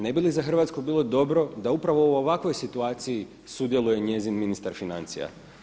Ne bi li za Hrvatsku bilo dobro da upravo u ovakvoj situaciji sudjeluje njezin ministar financija?